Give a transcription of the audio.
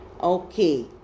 Okay